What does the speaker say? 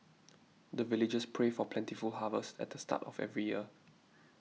the villagers pray for plentiful harvest at the start of every year